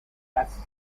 has